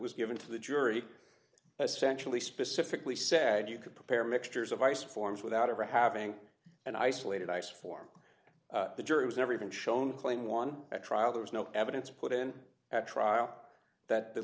was given to the jury essentially specifically said you could prepare mixtures of ice forms without ever having an isolated acts for the jury was never even shown playing one at trial there was no evidence put in at trial that the